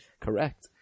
Correct